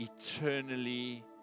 eternally